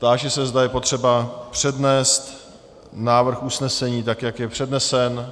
Táži se, zda je potřeba přednést návrh usnesení, tak jak je přednesen.